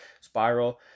spiral